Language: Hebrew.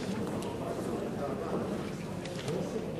חוק העונשין (תיקון מס' 105), התש"ע 2010, נתקבל.